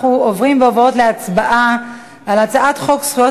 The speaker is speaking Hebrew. אנחנו עוברים ועוברות להצבעה על הצעת חוק זכויות